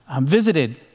visited